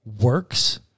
works